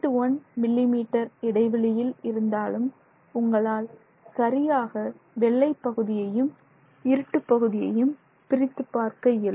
1 millimetre இடைவெளியில் இருந்தாலும் உங்களால் சரியாக வெள்ளைப் பகுதியையும் இருட்டு பகுதியையும் பிரித்துப் பார்க்க இயலும்